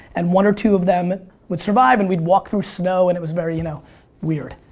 and one or two of them would survive, and we'd walk through snow, and it was very you know weird.